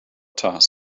task